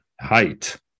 height